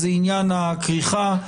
זה עניין הכריכה,